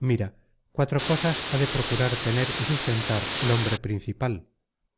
mira cuatro cosas ha de procurar tener y sustentar el hombre principal